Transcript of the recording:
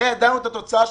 הרי ידענו את התוצאה,